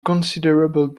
considerable